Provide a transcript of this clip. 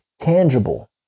tangible